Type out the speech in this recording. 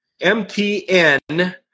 MTN